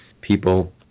People